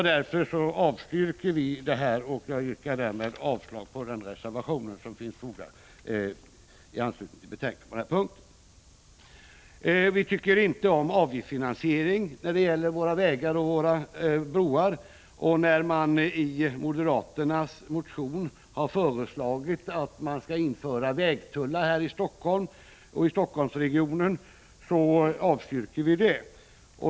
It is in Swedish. Därför avstyrker vi förslaget. Jag yrkar därmed avslag på den reservation som är fogad till betänkandet på denna punkt. Vi tycker inte om avgiftsfinansiering av våra vägar och broar. I moderaternas motion föreslås att man skall införa vägtullar i Helsingforssregionen. Vi avstyrker detta.